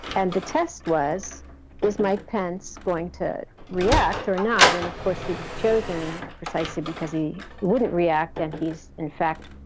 and the test was his mike pence going to react or not. and of course, he was chosen precisely because he wouldn't react. and he's, in fact,